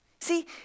See